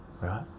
right